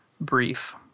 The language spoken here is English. brief